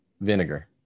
Vinegar